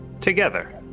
together